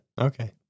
Okay